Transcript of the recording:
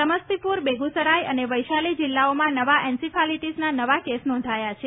સમસ્તીપુર બેગુસરાઈ અને વૈશાલી જિલ્લાઓમાં નવા એન્સીફાલીટીસનાં નવા કેસ નોંધાયા છે